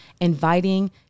inviting